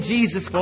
Jesus